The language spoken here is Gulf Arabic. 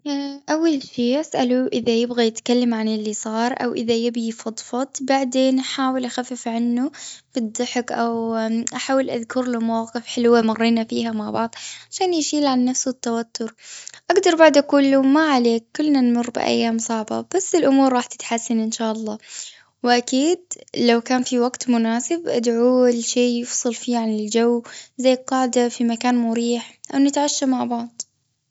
أول شيء أسألوه إذا يبغى يتكلم عن اللي صار أو إذا يبي يفضفض بعدين أحاول أخفف عنه. بالضحك أو احاول أذكر له مواقف حلوة مرينا بيها مع بعض. عشان يشيل عن نفسه التوتر. أقدر بعد أقول له ما عليك كلنا نمر بأيام صعبة بس الأمور راح تتحسن إن شاء الله وأكيد لو كان في وقت مناسب أدعوا لشي يفصل فيه عن الجو زي القاعدة في مكان مريح أو نتعشى مع بعض.